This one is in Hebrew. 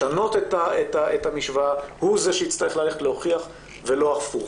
לשנות את המשוואה, הוא זה שיצטרך להוכיח ולא הפוך.